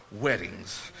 weddings